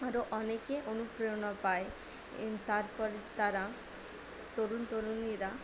আরও অনেকে অনুপ্রেরণা পায় তারপর তারা তরুণ তরুণীরা